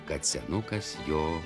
kad senukas jo